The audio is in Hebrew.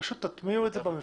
פשוט תטמיעו את זה במפרטים.